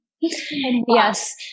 Yes